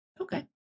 Okay